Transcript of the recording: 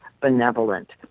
benevolent